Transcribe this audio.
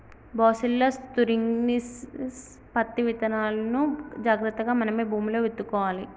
bacillus thuringiensis పత్తి విత్తనాలును జాగ్రత్తగా మనమే భూమిలో విత్తుకోవాలి